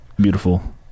Beautiful